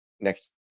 next